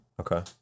okay